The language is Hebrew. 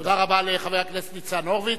תודה רבה לחבר הכנסת ניצן הורוביץ.